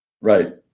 Right